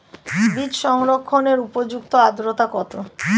বীজ সংরক্ষণের উপযুক্ত আদ্রতা কত?